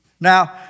Now